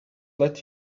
let